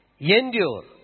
Endure